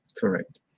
correct